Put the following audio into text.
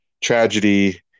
tragedy